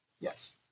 Yes